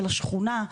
של השכונה,